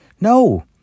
No